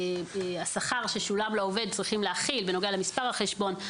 השכר ששולם לעובד צריכים להכיל בנוגע למספר החשבון,